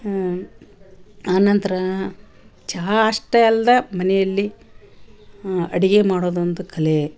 ಆ ನಂತರ ಚಹಾ ಅಷ್ಟೆ ಅಲ್ದ ಮನೆಯಲ್ಲಿ ಅಡಿಗೆ ಮಾಡೋದೊಂದು ಕಲೆ